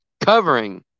covering